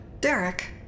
Derek